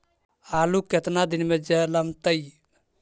आलू केतना दिन में जलमतइ?